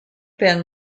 been